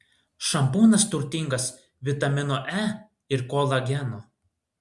šampūnas turtingas vitamino e ir kolageno